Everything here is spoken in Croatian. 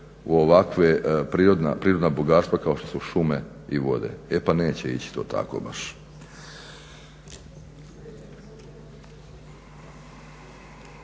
u ovakva prirodna bogatstva kao su šume i vode. E pa neće ići to tako baš.